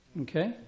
Okay